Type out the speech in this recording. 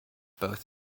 both